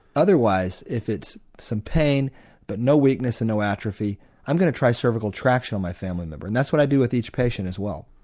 otherwise if it's some pain but no weakness and no atrophy i'm going to try cervical traction on my family member and that's what i do with each patient as well.